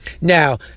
Now